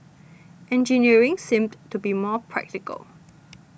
engineering seemed to be more practical